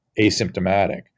asymptomatic